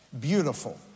Beautiful